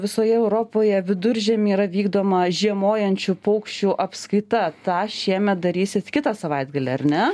visoje europoje viduržiemį yra vykdoma žiemojančių paukščių apskaita tą šiemet darysit kitą savaitgalį ar ne